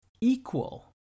equal